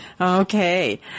Okay